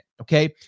Okay